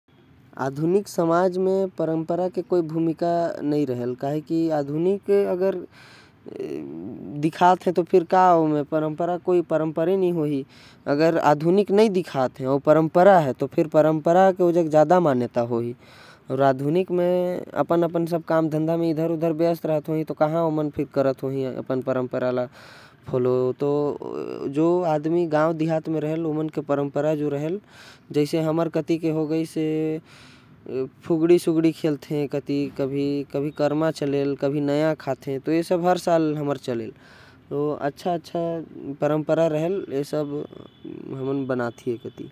आधुनिक समाज में परम्परा कोई भूमिका नहीं रहेल काहे। बर की जब आदमी आधुनिक हो जाहि तो। ओ हर परंपरा ले कहाँ मंनही और परम्परा हो ही तेकर। फिर आधुनिकता नहीं होही काबर की दोनों एक संग नहीं हो सकते। हमर यहाँ परम्परा होथे पुगड़ी कर्मा नया खावान होथे। हमन परम्परा मानथे हमर परंपरा होथे।